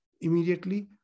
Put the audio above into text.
immediately